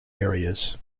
areas